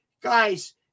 Guys